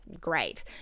great